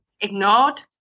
ignored